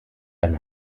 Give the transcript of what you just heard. ein